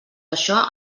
això